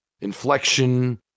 inflection